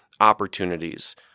opportunities